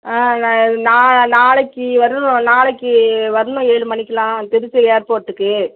ஆ ந நான் நாளைக்கு வரணும் நாளைக்கு வரணும் ஏழு மணிக்கெல்லாம் திருச்சி ஏர்போட்டுக்கு